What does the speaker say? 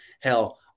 hell